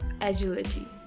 agility